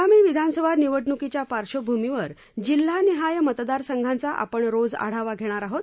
आगामी विधानसभा निवडणुकीच्या पार्श्वभूमीवर जिल्हानिहाय मतदार संघांचा आपण रोज आढावा घेणार आहोत